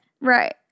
Right